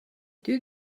deux